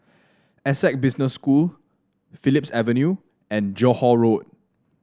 Essec Business School Phillips Avenue and Johore Road